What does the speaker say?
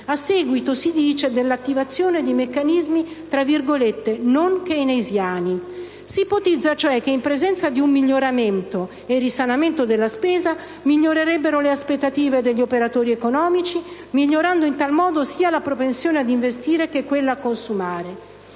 a seguito - così si dice - dell'attivazione di meccanismi «non keynesiani». Si ipotizza cioè che in presenza di un miglioramento e del risanamento della spesa migliorerebbero le aspettative degli operatori economici, migliorando in tale modo sia la propensione ad investire sia quella a consumare.